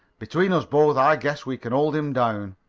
between us both i guess we can hold him down.